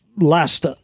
last